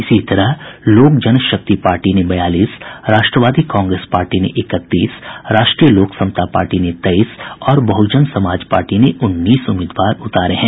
इसी तरह लोक जनशक्ति पार्टी ने बयालीस राष्ट्रवादी कांग्रेस पार्टी ने इकतीस राष्ट्रीय लोक समता पार्टी ने तेईस और बहजन समाज पार्टी ने उन्नीस उम्मीदवार उतारे हैं